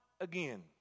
again